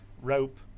rope